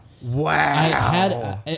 Wow